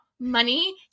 money